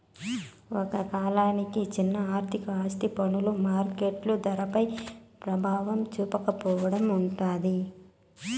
ఒక కాలానికి చిన్న ఆర్థిక ఆస్తి వస్తువులు మార్కెట్ ధరపై ప్రభావం చూపకపోవడం ఉంటాది